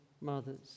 mothers